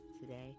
today